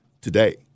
today